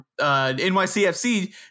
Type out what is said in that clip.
NYCFC